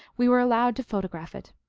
we were allowed to photograph it.